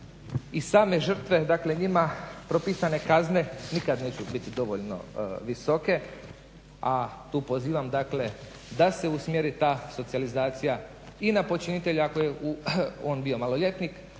i same žrtve dakle ima propisane kazne, nikad neće biti dovoljno visoke, a tu pozivam dakle da se usmjeri ta socijalizacija i na počinitelja ako je on bio maloljetnik,